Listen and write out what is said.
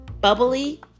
Bubbly